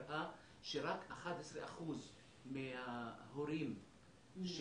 המחקר הראה שרק 11% מההורים של